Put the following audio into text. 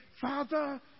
Father